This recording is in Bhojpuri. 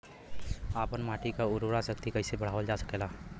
आपन माटी क उर्वरा शक्ति कइसे बढ़ावल जा सकेला?